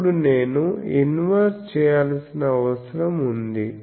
అప్పుడు నేను ఇన్వర్స్ చేయాల్సిన అవసరం ఉంది